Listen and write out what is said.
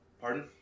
Pardon